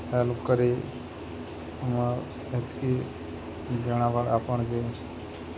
help କରି ଆମର୍ ଏତ୍କି ଜଣାବାର୍ ଆପଣ୍ ଯେ